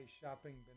Shopping